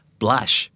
blush